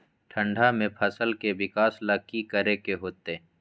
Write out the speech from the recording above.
ठंडा में फसल के विकास ला की करे के होतै?